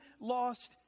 lost